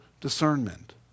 discernment